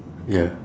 ya